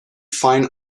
fine